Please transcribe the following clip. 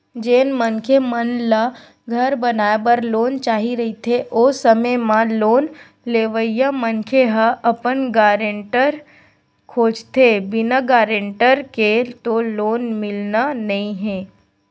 जेन मनखे मन ल घर बनाए बर लोन चाही रहिथे ओ समे म लोन लेवइया मनखे ह अपन गारेंटर खोजथें बिना गारेंटर के तो लोन मिलना नइ हे